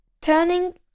turning